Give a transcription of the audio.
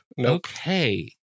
Okay